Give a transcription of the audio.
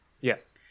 yes